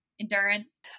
endurance